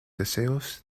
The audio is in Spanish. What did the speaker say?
deseos